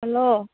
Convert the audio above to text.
hello